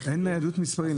אין ניידות מספרים?